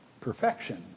Perfection